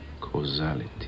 Causality